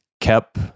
kept